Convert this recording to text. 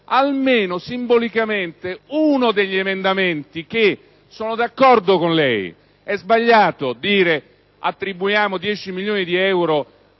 almeno simbolicamente uno degli emendamenti. Sono d'accordo con lei, è sbagliato dire che attribuiamo 10 milioni di euro dal Teatro